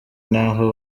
n’aho